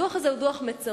הדוח הזה הוא דוח מצמרר,